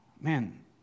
Man